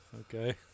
Okay